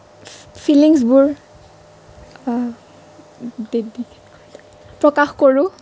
ফ্ৰিলিংছবোৰ প্ৰকাশ কৰোঁ